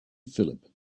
phillip